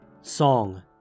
Song